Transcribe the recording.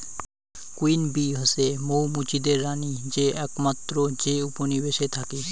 queen bee হসে মৌ মুচিদের রানী যে আকমাত্র যে উপনিবেশে থাকি